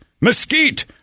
mesquite